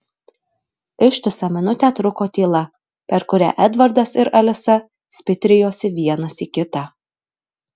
ištisą minutę truko tyla per kurią edvardas ir alisa spitrijosi vienas į kitą